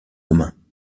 romain